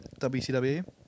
WCW